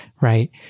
right